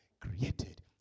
created